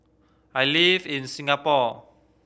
I live in Singapore